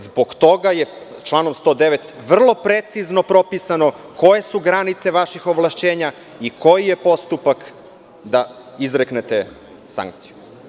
Zbog toga je članom 109. vrlo precizno propisano koje su granice vaših ovlašćenja i koji je postupak da izreknete sankciju.